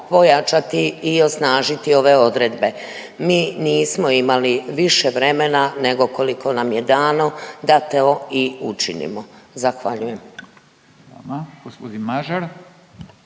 pojačati i osnažiti ove odredbe. Mi nismo imali više vremena, nego koliko nam je dano da to i učinimo. Zahvaljujem.